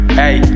hey